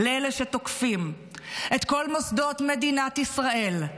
לאלה שתוקפים את כל מוסדות מדינת ישראל,